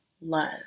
love